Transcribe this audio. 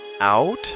out